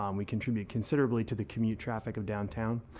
um we contribute counterbly to the commute traffic of downtown.